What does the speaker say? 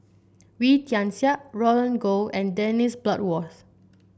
Wee Tian Siak Roland Goh and Dennis Bloodworth